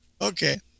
Okay